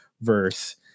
verse